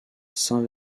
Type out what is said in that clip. saint